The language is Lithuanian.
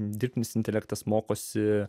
dirbtinis intelektas mokosi